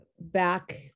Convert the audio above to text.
back